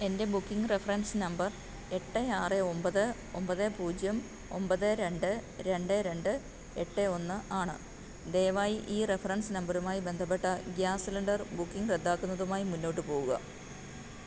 എൻ്റെ booking reference number എട്ട് ആറ് ഒൻപത് ഒൻപത് പൂജ്യം ഒൻപത് രണ്ട് രണ്ട് രണ്ട് എട്ട് ഒന്ന് ആണ് ദയവായി ഈ റഫറൻസ് നമ്പറുമായി ബന്ധപ്പെട്ട ഗ്യാസ് സിലിണ്ടർ ബുക്കിംഗ് റദ്ദാക്കുന്നതുമായി മുന്നോട്ടു പോകുക